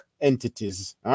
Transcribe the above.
entities